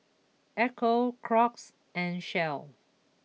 Ecco Crocs and Shell